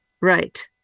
Right